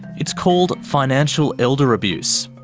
it's called financial elder abuse,